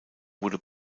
wurde